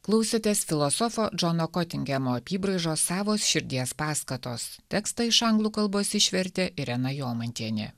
klausėtės filosofo džono kotingemo apybraižos savos širdies paskatos tekstą iš anglų kalbos išvertė irena jomantienė